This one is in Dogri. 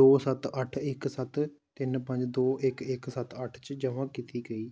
दो सत अठ्ठ इक सत तिन्न पंज दो इक इक सत अठ्ठ च जमा कीती गेई